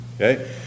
okay